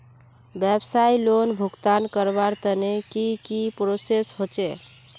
व्यवसाय लोन भुगतान करवार तने की की प्रोसेस होचे?